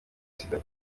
sida